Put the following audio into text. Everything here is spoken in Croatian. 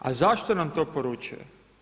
A zašto nam to poručuje?